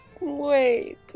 Wait